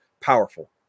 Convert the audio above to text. powerful